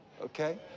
Okay